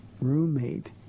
roommate